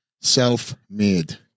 self-made